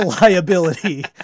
liability